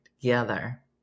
together